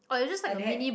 uh they had